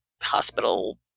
hospital